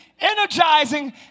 energizing